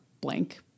blank